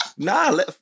Nah